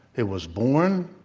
it was born,